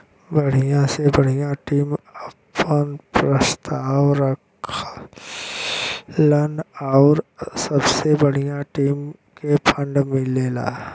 बढ़िया से बढ़िया टीम आपन प्रस्ताव रखलन आउर सबसे बढ़िया टीम के फ़ंड मिलला